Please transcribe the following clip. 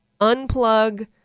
unplug